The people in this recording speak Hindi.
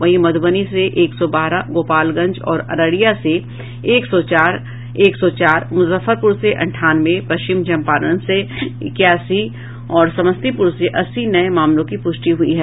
वहीं मधुबनी से एक सौ बारह गोपालगंज और अररिया से एक सौ चार एक सौ चार मुजफ्फरपुर से अंठानवे पश्चिम चंपारण से इक्यासी और समस्तीपुर से अस्सी नये मामलों की पुष्टि हुई है